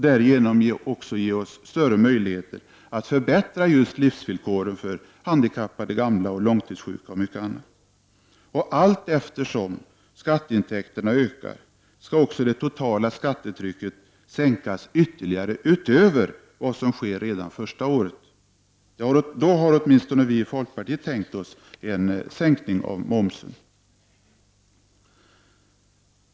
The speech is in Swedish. Därigenom skapas större möjligheter att förbättra livsvillkoren för just handikappade, gamla och långtidssjuka samt i många andra avseenden. Allteftersom skatteintäkterna ökar skall det totala skattetrycket sänkas, utöver vad som sker redan under det första året. Då har åtminstone vi i folkpartiet tänkt oss en sänkning av momsen.